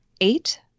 Eight